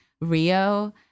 Rio